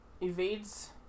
evades